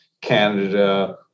Canada